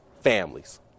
families